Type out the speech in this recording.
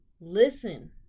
listen